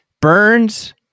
Burns